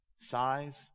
Size